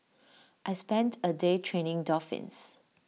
I spent A day training dolphins